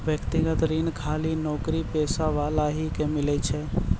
व्यक्तिगत ऋण खाली नौकरीपेशा वाला ही के मिलै छै?